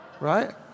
Right